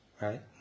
right